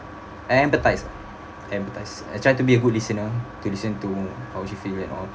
I empathise I empathise I try to be a good listener to listen to how she feel and all